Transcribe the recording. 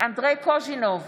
אנדרי קוז'ינוב,